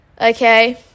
okay